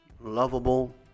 lovable